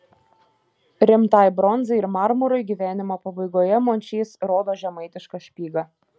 rimtai bronzai ir marmurui gyvenimo pabaigoje mončys rodo žemaitišką špygą